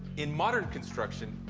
in modern construction,